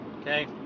Okay